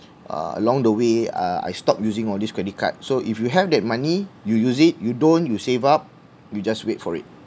uh along the way uh I stopped using all these credit cards so if you have that money you use it you don't you save up you just wait for it